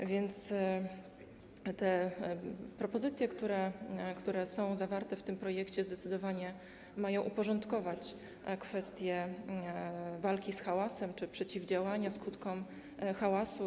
A więc te propozycje, które są zawarte w tym projekcie, mają zdecydowanie uporządkować kwestie walki z hałasem czy przeciwdziałania skutkom hałasu.